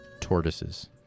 Tortoises